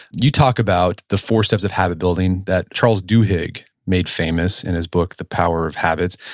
you talk about the four steps of habit building that charles duhigg made famous in his book, the power of habits.